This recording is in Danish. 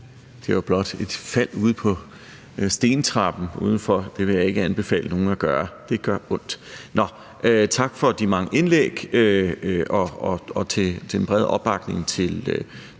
det var blot et fald ude på stentrappen udenfor. Det vil jeg ikke anbefale nogen at gøre – det gør ondt. Tak for de mange indlæg og for den brede opbakning til